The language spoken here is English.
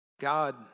God